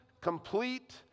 complete